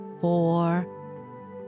four